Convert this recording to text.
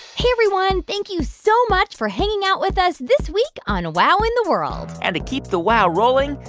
hey, everyone. thank you so much for hanging out with us this week on wow in the world and to keep the wow rolling,